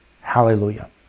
Hallelujah